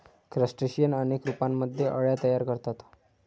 crustacean अनेक रूपांमध्ये अळ्या तयार करतात